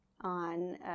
on